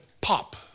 Pop